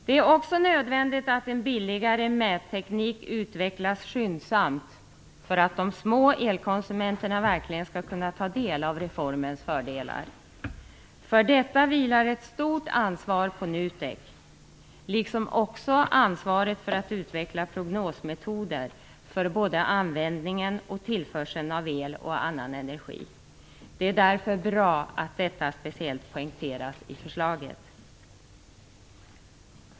Det är också nödvändigt att en billigare mätteknik utvecklas skyndsamt för att de små elkonsumenterna verkligen skall kunna ta del av reformens fördelar. För detta vilar ett stort ansvar på NUTEK, liksom också ansvaret för att utveckla prognosmetoder för både användningen och tillförseln av el och annan energi. Det är därför bra att detta speciellt poängteras i förslaget.